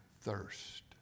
thirst